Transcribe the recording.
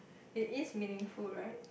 it is meaningful right